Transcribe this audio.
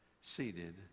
seated